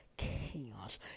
chaos